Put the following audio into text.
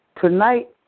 Tonight